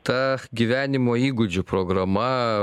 ta gyvenimo įgūdžių programa